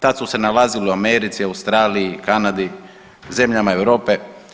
Tad su se nalazili u Americi, Australiji, Kanadi, zemljama Europe.